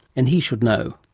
and he should know.